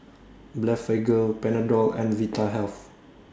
Blephagel Panadol and Vitahealth